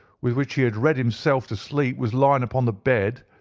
with which he had read himself to sleep was lying upon the bed,